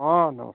ହଁ ହଁ ନମସ୍କାର୍